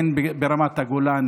הן ברמת הגולן,